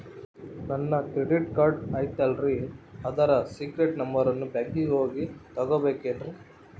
ನನ್ನ credit card ಐತಲ್ರೇ ಅದರ ಸೇಕ್ರೇಟ್ ನಂಬರನ್ನು ಬ್ಯಾಂಕಿಗೆ ಹೋಗಿ ತಗೋಬೇಕಿನ್ರಿ?